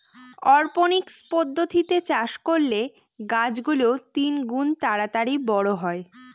অরপনিক্স পদ্ধতিতে চাষ করলে গাছ গুলো তিনগুন তাড়াতাড়ি বড়ো হয়